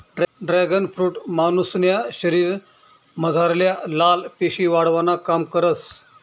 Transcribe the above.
dragon fruit मानुसन्या शरीरमझारल्या लाल पेशी वाढावानं काम करस